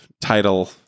title